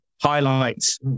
Highlights